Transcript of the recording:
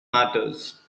matters